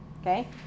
okay